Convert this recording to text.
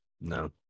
No